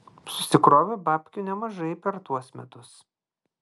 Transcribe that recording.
susikrovė babkių nemažai per tuos metus